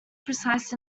precise